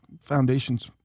foundations